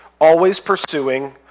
always-pursuing